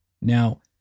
Now